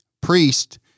Priest